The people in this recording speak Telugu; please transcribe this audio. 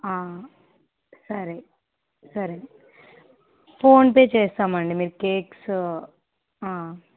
సరే సరే ఫోన్పే చేస్తామండి మీరు కేక్స్